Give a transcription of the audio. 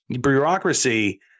bureaucracy